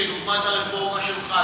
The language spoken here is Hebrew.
כדוגמת הרפורמה שלך,